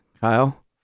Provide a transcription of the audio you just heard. Kyle